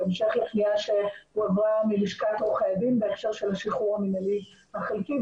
בהמשך לפנייה שהועברה מלשכת עורכי הדין בהקשר של השחרור המנהלי החלקי.